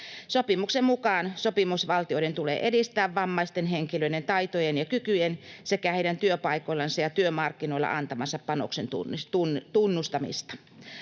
Sopimuksen mukaan sopimusvaltioiden tulee edistää vammaisten henkilöiden taitojen ja kykyjen sekä heidän työpaikoillansa ja työmarkkinoilla antamansa panoksen tunnustamista.